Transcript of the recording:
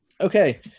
okay